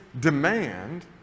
demand